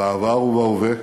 בעבר ובהווה,